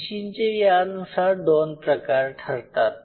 पेशींचे या नुसार दोन प्रकार ठरतात